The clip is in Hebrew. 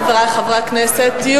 חברי הכנסת,